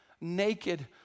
naked